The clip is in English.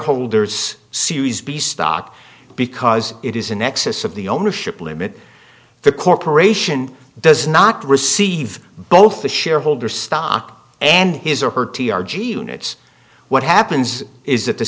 b stock because it is in excess of the ownership limit the corporation does not receive both the shareholder stock and his or her t r g units what happens is that the